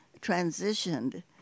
transitioned